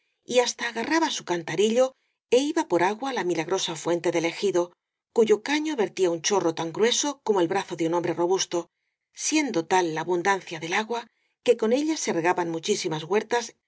y hasta agarraba su cantarillo é iba por agua á la milagrosa fuente del ejido cuyo caño vertía un chorro tan grueso como el brazo de un hom bre robusto siendo tal la abundancia del agua que con ella se regaban muchísimas huertas